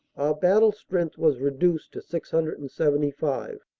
battle strength was reduced to six hundred and seventy five.